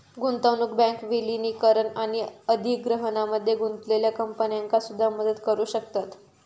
गुंतवणूक बँक विलीनीकरण आणि अधिग्रहणामध्ये गुंतलेल्या कंपन्यांका सुद्धा मदत करू शकतत